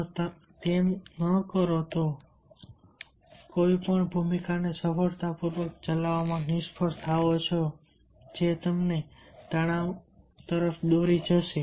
જો તમે ન કરો તો જો તમે કોઈપણ ભૂમિકાને સફળતાપૂર્વક ચલાવવામાં નિષ્ફળ થાઓ છો જે તણાવ તરફ દોરી જશે